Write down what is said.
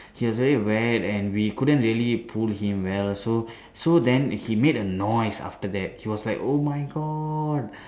he was very wet and we couldn't really pull him well so so then he made a noise after that he was like oh my god